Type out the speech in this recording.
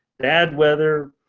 bad weather,